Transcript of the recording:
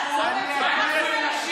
אתה לא יכול לעצור את זה?